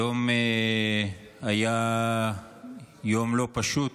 היום היה יום לא פשוט,